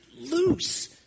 loose